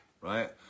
right